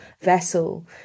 vessel